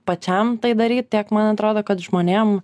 pačiam tai daryt tiek man atrodo kad žmonėm